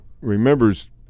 remembers